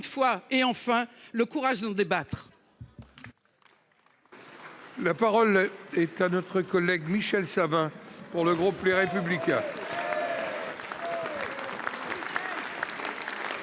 fois, ayez enfin le courage d’en débattre